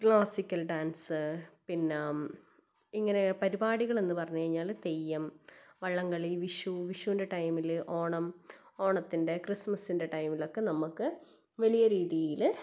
classical dance പിന്നെ ഇങ്ങനെ പരിപാടികൾ എന്ന് പറഞ്ഞു കഴിഞ്ഞാല് തെയ്യം വള്ളം കളി വിഷു വിഷുവിൻ്റെ ടൈമില് ഓണം ഓണത്തിൻ്റെ ക്രിസ്മസിൻ്റെ ടൈമിലൊക്കെ നമുക്ക് വലിയ രീതിയില്